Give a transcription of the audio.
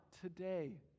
today